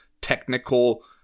technical